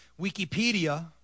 Wikipedia